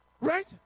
Right